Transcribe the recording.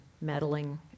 meddling